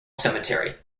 cemetery